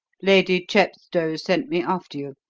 lady chepstow sent me after you.